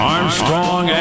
Armstrong